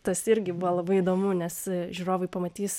tas irgi buvo labai įdomu nes žiūrovai pamatys